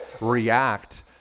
react